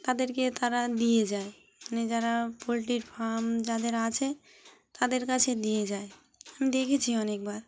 তাদেরকে তারা দিয়ে যায় মানে যারা পোলট্রির ফার্ম যাদের আছে তাদের কাছে দিয়ে যায় আমি দেখেছি অনেকবার